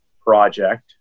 project